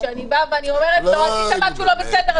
שאני באה ואומרת לו: עשית משהו לא בסדר,